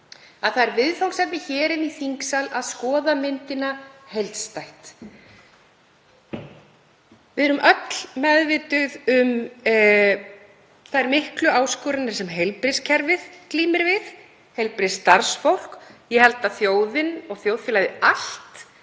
að viðfangsefnið hér í þingsal er að skoða myndina heildstætt. Við erum öll meðvituð um þær miklu áskoranir sem heilbrigðiskerfið glímir við og heilbrigðisstarfsfólk. Ég held að þjóðin og þjóðfélagið allt